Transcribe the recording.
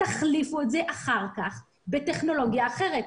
אבל תחליפו את זה אחר כך בטכנולוגיה אחרת.